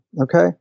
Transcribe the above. Okay